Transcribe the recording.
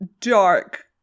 dark